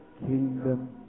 kingdom